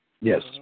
Yes